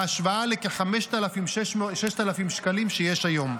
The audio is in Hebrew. בהשוואה ל-5,000, 6,000 שקלים שיש היום,